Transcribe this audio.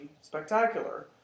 spectacular